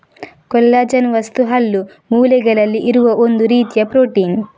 collagen ವಸ್ತು ಹಲ್ಲು, ಮೂಳೆಗಳಲ್ಲಿ ಇರುವ ಒಂದು ರೀತಿಯ ಪ್ರೊಟೀನ್